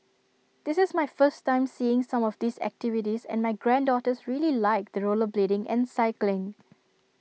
this is my first time seeing some of these activities and my granddaughters really liked the rollerblading and cycling